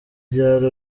ryari